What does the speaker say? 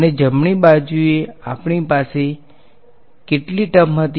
અને જમણી બાજુએ આપણી પાસે કેટલી ટર્મ હતી